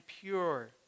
pure